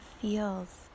feels